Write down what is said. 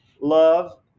Love